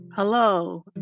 Hello